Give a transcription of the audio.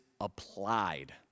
applied